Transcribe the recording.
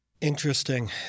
Interesting